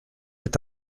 est